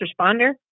responder